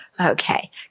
Okay